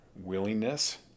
willingness